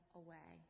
away